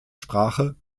sprache